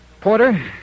Porter